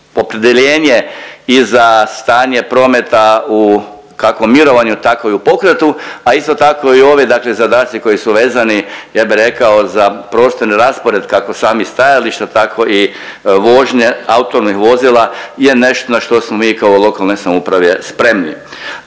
i za stanje prometa u, kako u mirovanju, tako i u pokretu, a isto tako i ovi dakle zadaci koji su vezani ja bi rekao za prostor i raspored kako i samih stajališta tako i vožnje autonomnih vozila je nešto na što smo mi kao lokalne samouprave spremni.